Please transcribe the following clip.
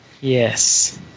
Yes